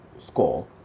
score